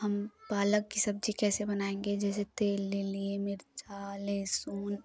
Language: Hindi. हम पालक कि सब्ज़ी कैसे बनाएंगे जैसे तेल ले लिए मिर्च लहसुन